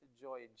joy